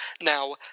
Now